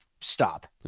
stop